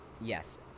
Yes